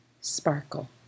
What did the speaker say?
sparkle